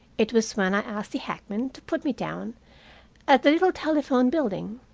it was when i asked the hackman to put me down at the little telephone building.